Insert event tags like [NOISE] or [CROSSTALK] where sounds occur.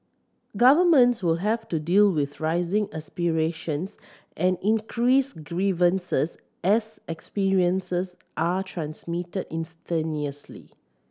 governments will have to deal with rising aspirations and increased grievances as experiences are transmitted [UNINTELLIGIBLE]